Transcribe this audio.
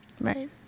Right